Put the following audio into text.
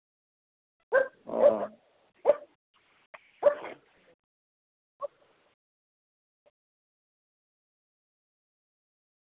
ᱚ